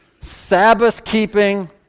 Sabbath-keeping